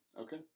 okay